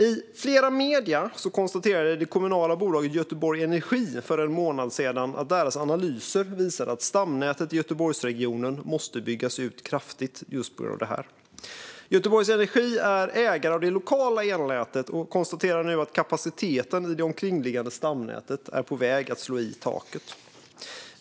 I flera medier konstaterade det kommunala bolaget Göteborg Energi för en månad sedan att deras analyser visade att stamnätet i Göteborgsregionen måste byggas ut kraftigt just på grund av detta. Göteborg Energi är ägare av det lokala elnätet och konstaterar nu att kapaciteten i det omkringliggande stamnätet är på väg att slå i taket.